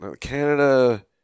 Canada